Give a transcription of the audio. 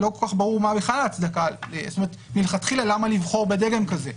לא כל-כך ברור מה ההצדקה ומלכתחילה למה לבחור בדגם כזה?